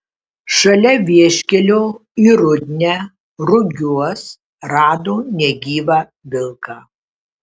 šalia vieškelio į rudnią rugiuos rado negyvą vilką